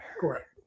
correct